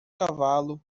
cavalo